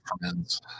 friends